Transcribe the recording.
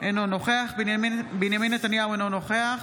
אינו נוכח בנימין נתניהו, אינו נוכח